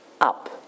up